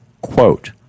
Quote